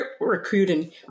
recruiting